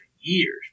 years